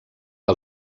que